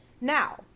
Now